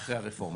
זה אחרי הרפורמה.